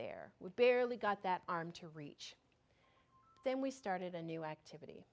there would barely got that arm to reach then we started a new activity